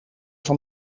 van